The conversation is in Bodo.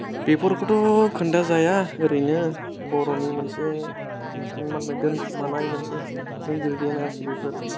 बेफोरखौथ' खोन्थाजाया ओरैनो बर'नि मोनसे मानो होनबा दोनखुमानाय मोनसे इनग्रेदियेन्त आरोखि बेफोर